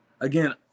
Again